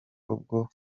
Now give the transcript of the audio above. ubwo